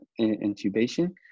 intubation